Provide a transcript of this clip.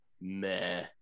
meh